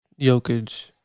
Jokic—